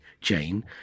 Jane